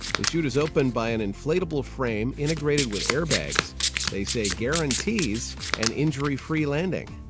the chute is opened by an inflatable frame integrated with airbags they say guarantees an injury-free landing.